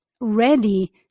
ready